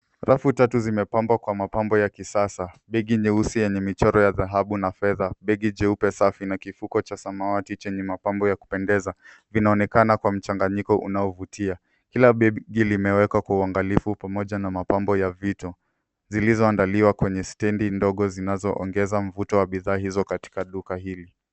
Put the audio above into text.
Rafu tatu zimepambwa kwa mapambo ya kisasa, begi nyeusi yenye michoro ya dhahabu na fedha, begi jeupe safi na kifuko cha samawati chenye mapambo ya kupendeza vinaonekana kwa mchanganyiko unaovutia. Kila begi limewekwa kwa uangaliafu pamoja na mapambo ya vito zilizoandaliwa kwenye stendi ndogo zinazo ongeza mvuto wa bidhaa hizo katika duka hili.